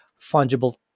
fungible